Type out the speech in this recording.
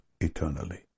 Eternally